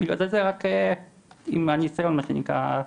ובגלל זה רק "עם הניסיון", מה שנקרא.